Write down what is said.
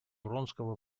вронского